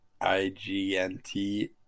IGNT